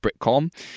Britcom